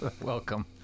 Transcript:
Welcome